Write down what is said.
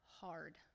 hard